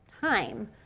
time